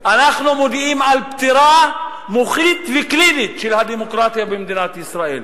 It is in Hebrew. אנחנו מודיעים על פטירה מוחית וקלינית של הדמוקרטיה במדינת ישראל.